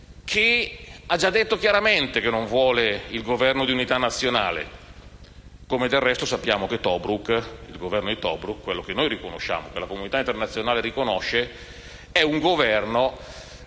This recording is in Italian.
che ha già detto chiaramente che non vuole il Governo di unità nazionale. Del resto, sappiamo che quello di Tobruk, quello che noi riconosciamo e che la comunità internazionale riconosce, è un Governo